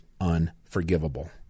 unforgivable